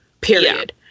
period